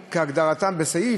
מכובדי השר,